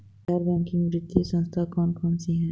गैर बैंकिंग वित्तीय संस्था कौन कौन सी हैं?